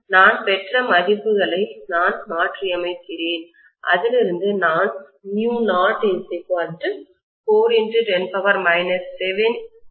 நான் பெற்ற மதிப்புகளை நான் மாற்றியமைக்கிறேன் அதில் இருந்து நான் 0410 7 சொல்ல முடியும்